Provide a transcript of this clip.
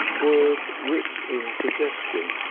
words rich in suggestion,